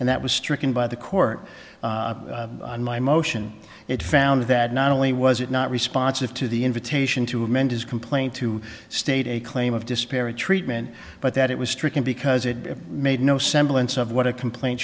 and that was stricken by the court on my motion it found that not only was it not responsive to the invitation to amend his complaint to state a claim of disparate treatment but that it was stricken because it made no semblance of what a complaint